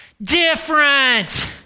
Different